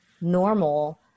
normal